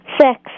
Six